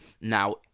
Now